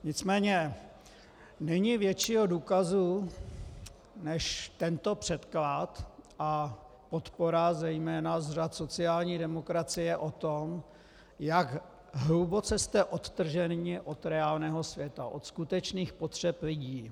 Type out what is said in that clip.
Nicméně není většího důkazu než tento předklad a podpora zejména z řad sociální demokracie toho, jak hluboce jste odtrženi od reálného světa, od skutečných potřeb lidí.